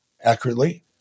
accurately